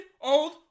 old